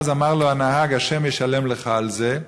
ואז אמר לו הנהג: ה' ישלם לך על זה.